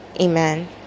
Amen